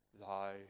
Thy